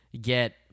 get